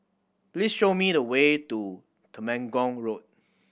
please show me the way to Temenggong Road